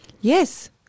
yes